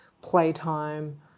playtime